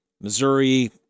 Missouri